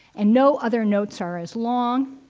and no other notes are as long.